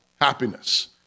happiness